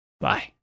bye